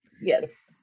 Yes